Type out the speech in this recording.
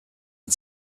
and